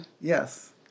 Yes